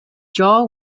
jaw